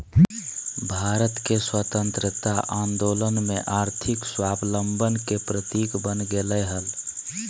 भारत के स्वतंत्रता आंदोलन में आर्थिक स्वाबलंबन के प्रतीक बन गेलय हल